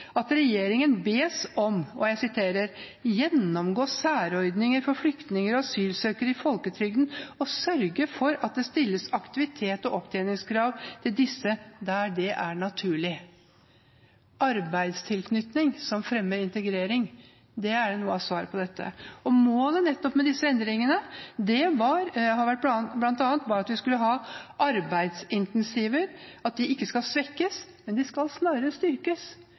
bes regjeringen om å «gjennomgå særordninger for flyktninger og asylsøkere i folketrygden og sørge for at det stilles aktivitetskrav og opptjeningskrav til disse der det er naturlig». Arbeidstilknytning som fremmer integrering, er noe av svaret på dette. Målet med disse endringene var bl.a. at vi skulle ha arbeidsincentiver, at de ikke skal svekkes, men at de snarere skal styrkes.